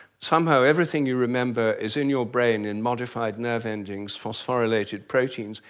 somehow everything you remember is in your brain in modified nerve endings, phosphorylated proteins,